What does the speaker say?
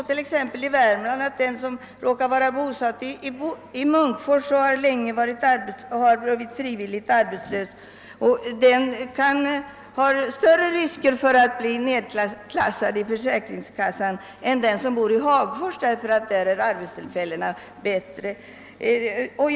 I Värmland är det så att den som länge har varit frivilligt arbetslös och råkar vara bosatt i Munkfors löper större risk att bli nedklassad hos försäkringskassan än den som bor i Hagfors, där arbetstillfällena är fler.